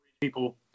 people